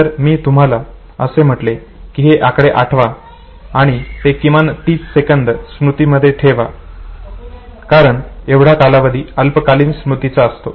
जर मी तुम्हाला असे म्हटले की हे आकडे आठवा आणि ते किमान 30 सेकंद समृद्धीत ठेवा कारण एवढा कालावधी अल्पकालीन स्मृतीचा असतो